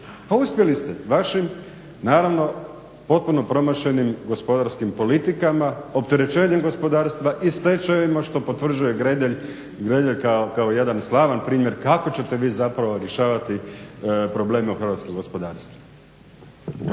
ste uspjeli vašim naravno potpuno promašenim gospodarskim politikama, opterećenjem gospodarstva i stečajevima što potvrđuje Gredelj kao jedan slavan primjer kako ćete vi zapravo rješavati probleme u hrvatskom gospodarstvu.